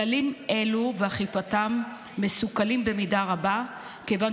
כללים אלו ואכיפתם מסוכלים במידה רבה כיוון